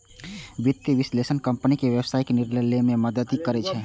वित्तीय विश्लेषक कंपनी के व्यावसायिक निर्णय लए मे मदति करै छै